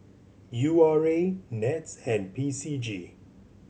U R A NETS and P C G